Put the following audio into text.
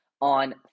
on